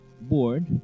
board